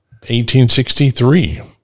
1863